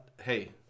Hey